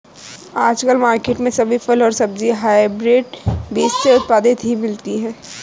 आजकल मार्केट में सभी फल और सब्जी हायब्रिड बीज से उत्पादित ही मिलती है